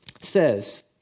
says